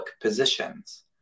positions